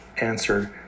answered